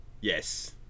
Yes